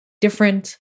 different